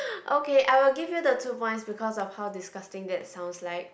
okay I will give you the two points because of how disgusting that sounds like